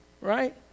Right